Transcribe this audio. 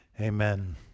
Amen